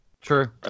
True